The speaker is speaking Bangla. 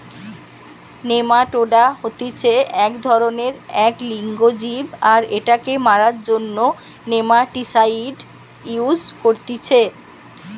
নেমাটোডা হতিছে এক ধরণেরএক লিঙ্গ জীব আর এটাকে মারার জন্য নেমাটিসাইড ইউস করতিছে